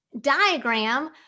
diagram